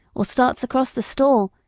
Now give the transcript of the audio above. or starts across the stall,